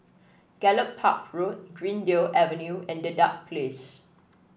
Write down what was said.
Gallop Park Road Greendale Avenue and Dedap Place